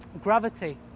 gravity